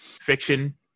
fiction